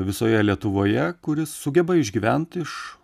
visoje lietuvoje kuris sugeba išgyvent iš